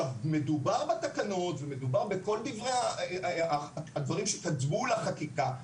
מדובר בתקנות ומדובר בכל הדברים שקדמו לחקיקה,